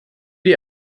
die